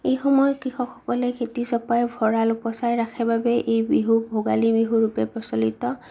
এই সময় কৃষকসকলে খেতি চপাই ভঁৰাল উপচাই ৰাখে বাবেই এই বিহু ভোগালী বিহু ৰূপে প্ৰচলিত